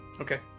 okay